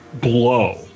blow